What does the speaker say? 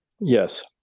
Yes